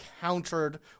countered